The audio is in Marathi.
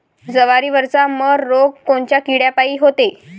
जवारीवरचा मर रोग कोनच्या किड्यापायी होते?